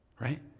right